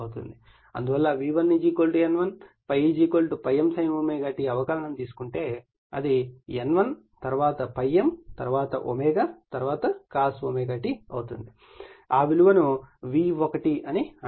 అందువల్ల V1 N1 ∅ ∅m sin ω t అవకలనం తీసుకుంటే అది N1 తరువాత ∅m తరువాత ω తరువాత cos ωt అవుతుంది ఆ విలువను V1 అని అంటారు